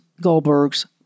Goldberg's